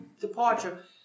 departure